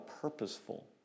purposeful